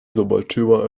zobaczyła